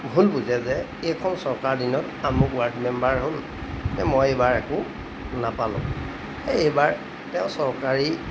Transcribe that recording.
ভুল বুজে যে এইখন চৰকাৰৰ দিনত আমুক ৱাৰ্ড মেম্বাৰ হ'ল যে মই এইবাৰ একো নাপালোঁ এই এইবাৰ তেওঁ চৰকাৰী